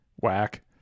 Whack